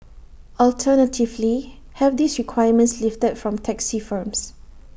alternatively have these requirements lifted from taxi firms